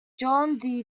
john